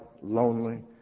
lonely